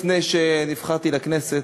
לפני שנבחרתי לכנסת,